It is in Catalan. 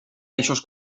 eixos